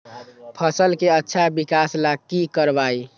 फसल के अच्छा विकास ला की करवाई?